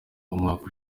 umwaka